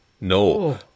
no